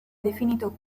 definito